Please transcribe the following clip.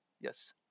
Yes